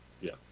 Yes